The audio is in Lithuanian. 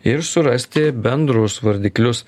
ir surasti bendrus vardiklius